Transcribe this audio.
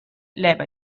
leva